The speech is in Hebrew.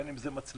בין אם זה מצלמות.